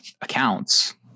accounts